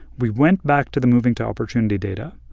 we went back to the moving to opportunity data,